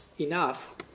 enough